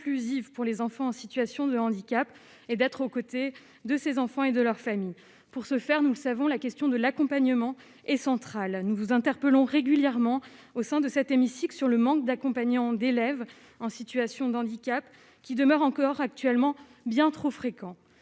inclusive pour les enfants en situation de handicap et d'être aux côtés de ses enfants et de leurs familles, pour ce faire, nous le savons, la question de l'accompagnement et centrale, nous vous interpellons régulièrement au sein de cet hémicycle sur le manque d'accompagnants d'élèves en situation d'handicap qui demeure encore actuellement bien trop fréquents,